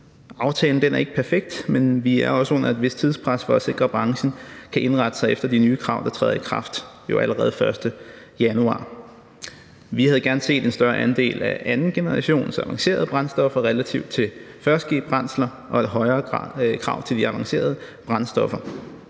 Aftalen er ikke perfekt, men vi er også under et vist tidspres for at sikre, at branchen kan indrette sig efter de nye krav, der jo allerede træder i kraft den 1. januar. Vi havde gerne set en større andel af andengenerations avancerede brændstoffer i relation til førstegenerationsbrændsler og et højere krav til de avancerede brændstoffer.